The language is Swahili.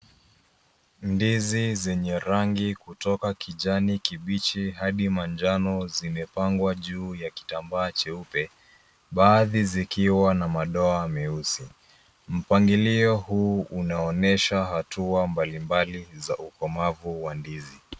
Ndizi zenye rangi kutoka kijani kibichi hadi manjano zimepangwa juu ya kitambaa cheupe, baadhi zikiwa na madoa meusi. Mpangilio huu unaonyesha hatua mbali mbali za ukomavu wa ndizi.